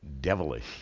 Devilish